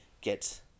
get